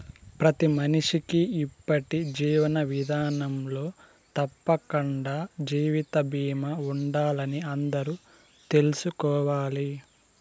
ప్రతి మనిషికీ ఇప్పటి జీవన విదానంలో తప్పకండా జీవిత బీమా ఉండాలని అందరూ తెల్సుకోవాలి